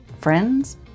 Friends